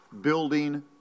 building